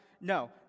No